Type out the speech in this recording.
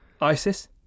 ISIS